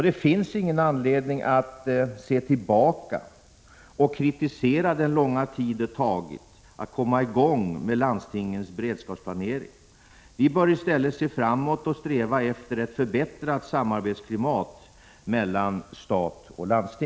Det finns ingen anledning att se tillbaka och kritisera den långa tid som det tagit att komma i gång med landstingens beredskapsplanering. Vi bör i stället se framåt och sträva efter ett förbättrat klimat för samarbetet mellan stat och landsting.